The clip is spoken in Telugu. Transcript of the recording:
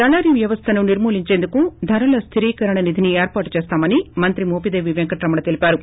దళారీ వ్యవస్థను నిర్మూ లించేందుకు ధరల స్లిరీకరణ నిధి ఏర్పాటు చేస్తామని మంత్రి మోపిదేవి పెంకటరమణ తెలిపారు